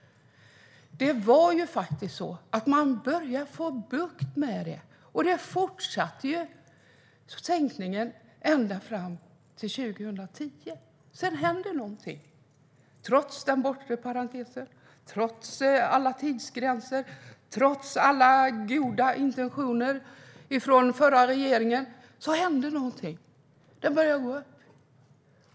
Det var faktiskt så att man började få bukt med det, och nedgången fortsatte ända fram till 2010. Sedan hände något. Trots den bortre parentesen, trots alla tidsgränser och trots alla goda intentioner hos den förra regeringen hände något - det började gå upp.